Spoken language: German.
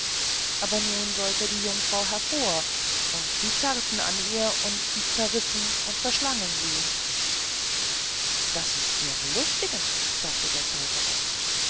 aber nun sollte die jungfrau hervor und sie zerrten an ihr und sie zerrissen und verschlangen sie das ist sehr belustigend sagte der zauberer